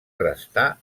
restà